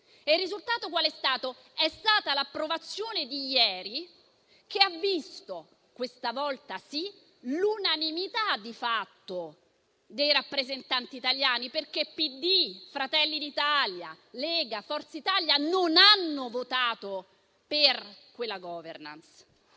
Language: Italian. Il risultato è stato l'approvazione di ieri che ha visto - questa volta sì - l'unanimità di fatto dei rappresentanti italiani, perché PD, Fratelli d'Italia, Lega e Forza Italia non hanno votato per quella *governance.*